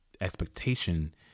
expectation